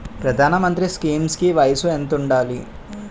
ప్రధాన మంత్రి స్కీమ్స్ కి వయసు ఎంత ఉండాలి?